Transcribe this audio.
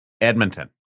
Edmonton